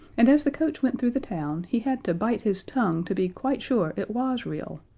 and as the coach went through the town he had to bite his tongue to be quite sure it was real,